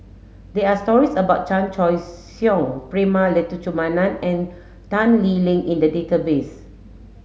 there are stories about Chan Choy Siong Prema Letchumanan and Tan Lee Leng in the database